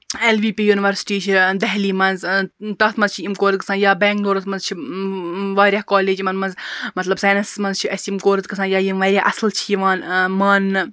L V P university چھِ دہلی مَنٛز تتھ مَنٛز چھِ یِم کورس گَژھان یا بیٚنگلورَس مَنٛز چھِ واریاہ کالج یِمَن مَنٛز مطلب ساینَسَس مَنٛز چھِ اَسہِ یِم کورس گَژھان یا یِم واریاہ اصٕل چھ یِوان ماننہٕ